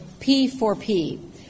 P4P